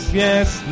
yes